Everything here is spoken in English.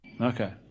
Okay